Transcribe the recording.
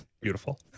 Beautiful